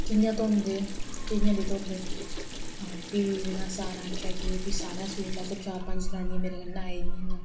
कियां धोंदे ते कियां नेईं धोंदे फ्ही उनें सारें आखेआ कि उहनें सारें सूट लैते चार पंज जनानियें जेहडियां मेरी कन्नै आई दियां हियां